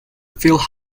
filled